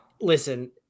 Listen